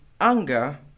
anger